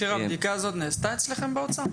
שירה, הבדיקה זאת נעשתה אצלכם באוצר,